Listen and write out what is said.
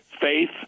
faith